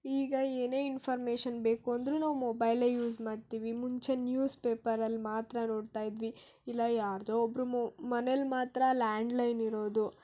ಈಗ ಏನೇ ಇನ್ಫಾರ್ಮೇಶನ್ ಬೇಕು ಅಂದ್ರೂ ಮೊಬೈಲೇ ಯೂಸ್ ಮಾಡ್ತೀವಿ ಮುಂಚೆ ನ್ಯೂಸ್ ಪೇಪರಲ್ಲಿ ಮಾತ್ರ ನೋಡ್ತಾ ಇದ್ವಿ ಇಲ್ಲ ಯಾರದೋ ಒಬ್ರ ಮು ಮನೇಲಿ ಮಾತ್ರ ಲಾಂಡ್ಲೈನ್ ಇರೋದು